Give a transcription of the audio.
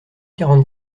quarante